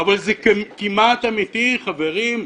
חברים,